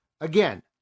Again